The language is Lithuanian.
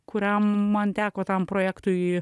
kuriam man teko tam projektui